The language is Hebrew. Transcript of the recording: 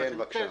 כן, בבקשה.